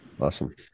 Awesome